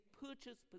purchased